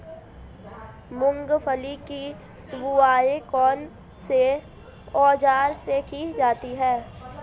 मूंगफली की बुआई कौनसे औज़ार से की जाती है?